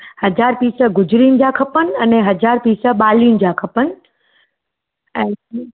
हज़ार पीस गुजरिनि जा खपनि अने हज़ार पीस वालियुनि जा खपनि ऐं